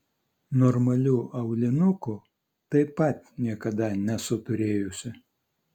normalių aulinukų taip pat niekada nesu turėjusi